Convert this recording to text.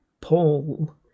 Paul